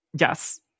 Yes